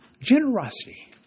Generosity